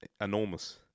enormous